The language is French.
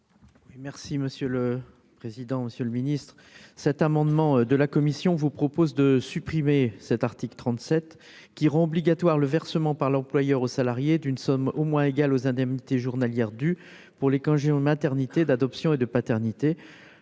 Merci monsieur le président, Monsieur le Ministre, cet amendement de la commission vous propose de supprimer cet article 37 qui rend obligatoire le versement par l'employeur au salarié d'une somme au moins égale aux indemnités journalières du pour les congés ou maternité d'adoption et de paternité,